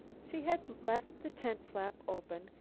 she had left the tent flap open,